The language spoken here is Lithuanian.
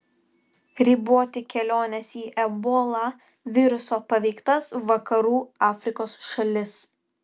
riboti keliones į ebola viruso paveiktas vakarų afrikos šalis